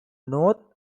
north